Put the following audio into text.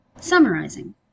Summarizing